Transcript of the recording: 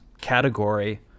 category